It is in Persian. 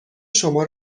شما